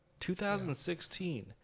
2016